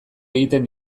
egiten